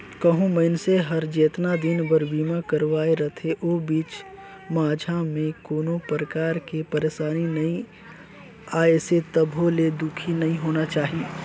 कहो मइनसे हर जेतना दिन बर बीमा करवाये रथे ओ बीच माझा मे कोनो परकार के परसानी नइ आइसे तभो ले दुखी नइ होना चाही